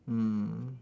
mm